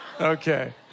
Okay